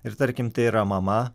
ir tarkim tai yra mama